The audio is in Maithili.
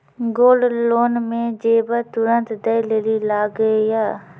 गोल्ड लोन मे जेबर तुरंत दै लेली लागेया?